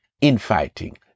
infighting